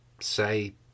say